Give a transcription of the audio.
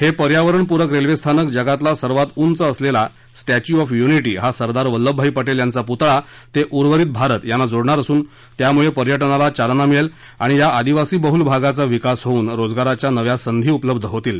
हे पर्यावरणपूरक ल्वेस्थानक जगातला सर्वात उंच असलेला स्टॅच्यू ऑफ युनिटी हा सरदार वल्लभभाई पटेल यांचा पुतळा ते उर्वरीत भारत यांना जोडणार असून त्यामुळे पर्यटनाला चालना मिळेल आणि या आदिवासीबहुल भागाचा विकास होऊन रोजगाराच्या नव्या संधी उपलब्ध होतील